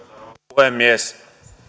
puhemies